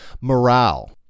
morale